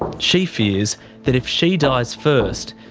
she fears that if she dies first,